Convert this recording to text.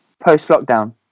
post-lockdown